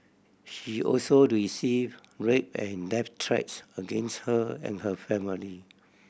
she also receive rape and death threats against her and her family